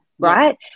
Right